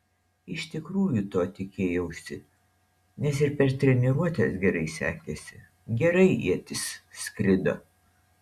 iš tikrųjų to tikėjausi nes ir per treniruotes gerai sekėsi gerai ietis skrido